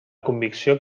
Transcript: convicció